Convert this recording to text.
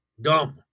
Dumb